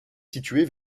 située